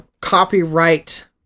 copyright